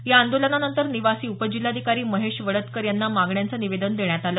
या आंदोलनानंतर निवासी उपजिल्हाधिकारी महेश वडदकर यांना मागण्यांचं निवेदन देण्यात आलं